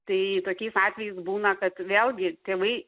tai tokiais atvejais būna kad vėlgi tėvai